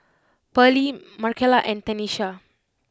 Pearley Marcella and Tenisha